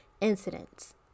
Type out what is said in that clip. incidents